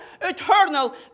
eternal